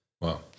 Wow